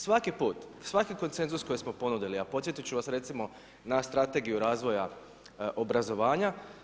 Svaki put, svaki konsenzus koji smo ponudili a podsjetiti ću vas recimo na Strategiju razvoja obrazovanja.